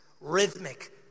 rhythmic